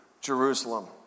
Jerusalem